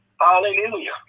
Hallelujah